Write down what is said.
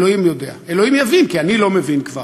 אלוהים יודע, אלוהים יבין, כי אני לא מבין כבר.